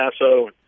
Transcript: Paso